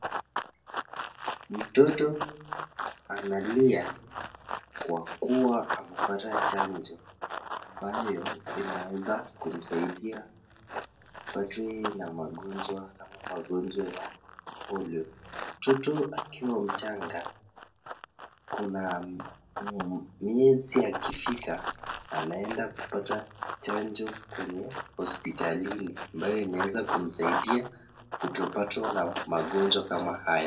Mtoto analia kwa kuwa amepata chanjo ambayo inaweza kumsaidia asipatwe na magonjwa kama magonjwa ya polio. Mtoto akiwa mchanga kuna miezi akifika anaenda kupata chanjo kwenye hospitalini ambayo kumsaidia kutopatwa na magonjwa kama haya.